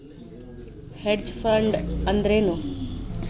Hedge fund ಅಂದ್ರೇನು?